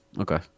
Okay